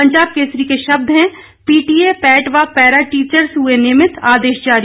पंजाब केसरी के शब्द हैं पी टी ए पैट व पैरा टीचर्स हुए नियमित आदेश जारी